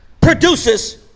produces